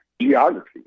geography